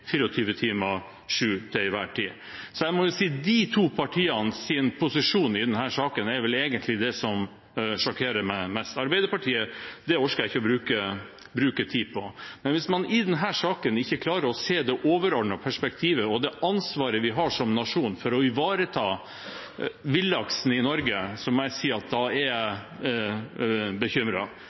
til enhver tid. Posisjonen til disse partiene i denne saken er vel egentlig det som sjokkerer meg mest. Arbeiderpartiet orker jeg ikke å bruke tid på. Men hvis man i denne saken ikke klarer å se det overordnede perspektivet og det ansvaret vi har som nasjon for å ivareta villaksen i Norge, må jeg si at jeg er